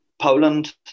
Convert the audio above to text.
Poland